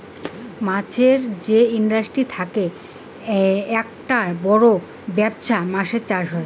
মাছের যে ইন্ডাস্ট্রি থাকি আককটা বড় বেপছা মাছের চাষ হই